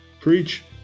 Preach